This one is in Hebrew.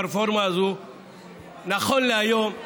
נכון להיום,